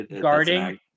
guarding